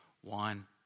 one